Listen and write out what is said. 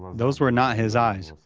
those were not his eyes,